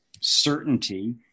certainty